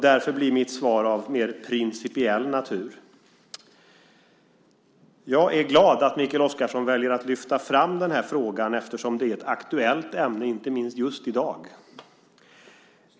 Därför blir mitt svar av principiell natur. Jag är glad att Mikael Oscarsson väljer att lyfta fram denna fråga eftersom det är ett aktuellt ämne, inte minst just i dag.